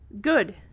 Good